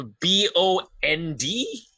B-O-N-D